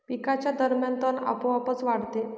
पिकांच्या दरम्यान तण आपोआप वाढते